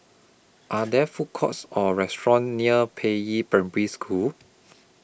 Are There Food Courts Or restaurants near Peiyi Primary School